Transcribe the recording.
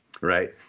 right